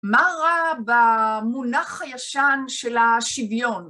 מה רע במונח הישן של השוויון?